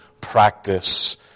practice